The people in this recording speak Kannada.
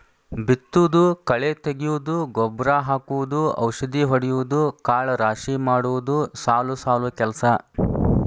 ಬಿತ್ತುದು ಕಳೆ ತಗಿಯುದು ಗೊಬ್ಬರಾ ಹಾಕುದು ಔಷದಿ ಹೊಡಿಯುದು ಕಾಳ ರಾಶಿ ಮಾಡುದು ಸಾಲು ಸಾಲು ಕೆಲಸಾ